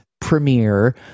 premiere